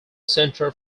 central